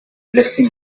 blessing